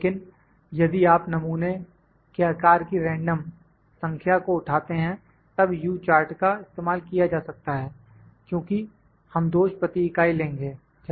लेकिन यदि आप नमूने के आकार की रेंडम संख्या को उठाते हैं तब U चार्ट का इस्तेमाल किया जा सकता है क्योंकि हम दोष प्रति इकाई लेंगे